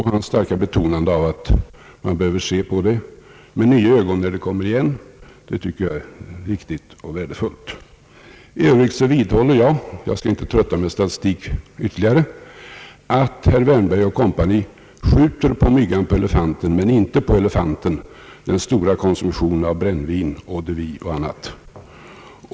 Hans starka betonande av att man behöver se på denna fråga med nya ögon när den kommer igen tycker jag är riktigt och värdefullt. Utan att trötta med ytterligare statistik vidhåller jag att herr Wärnberg & Co. skjuter på myggan men inte på elefanten — den stora konsumtionen av brännvin, eau de vie och annat.